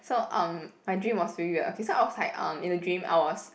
so um my dream was very weird okay so I was like um in the dream I was